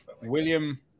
William